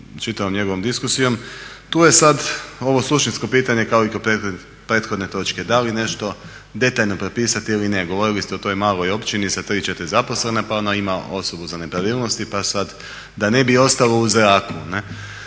čitavom njegovom diskusijom. Tu je sad ovo suštinsko pitanje kao i kod prethodne točke, da li nešto detaljno propisati ili ne? Govorili ste o toj maloj općini sa 3, 4 zaposlena pa ona ima osobu za nepravilnosti pa sad da ne bi ostalo u zraku